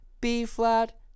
B-flat